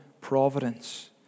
providence